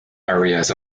areas